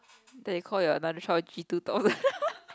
then you call your another child G-two-thousand